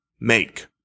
make